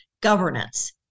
Governance